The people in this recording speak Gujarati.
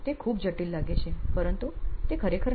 તે ખૂબ જટિલ લાગે છે પરંતુ તે ખરેખર નથી